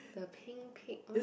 the Pink Pig one